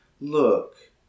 look